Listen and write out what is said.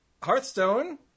Hearthstone